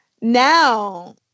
Now